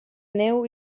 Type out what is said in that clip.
neu